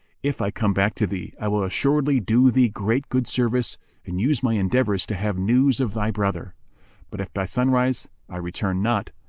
if i come back to thee, i will assuredly do thee great good service and use my endeavours to have news of thy brother but if by sunrise i return not,